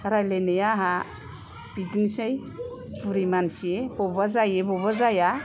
रायज्लायनाया आंहा बिदिनोसै बुरि मानसि बबेबा जायो बबेबा जाया